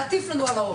וזו זכותנו וחובתנו.